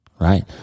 right